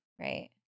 Right